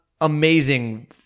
amazing